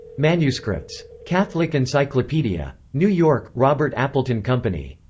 manuscripts. catholic encyclopedia. new york robert appleton company.